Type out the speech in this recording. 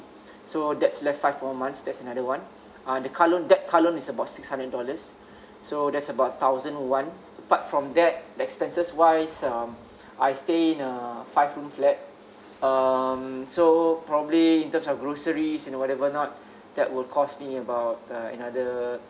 so that's left five more months that's another one uh the car loan that car loan is about six hundred dollars so that's about thousand one apart from that expenses wise um I stay in a five room flat um so probably in terms of groceries and whatever not that will cost me about uh another